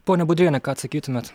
ponia budriene ką atsakytumėt